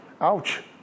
Ouch